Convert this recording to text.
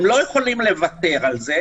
והם לא יכולים לוותר על זה.